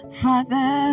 father